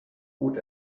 gut